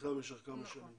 צמיחה במשך כמה שנים.